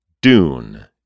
Dune